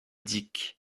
dick